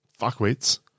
fuckwits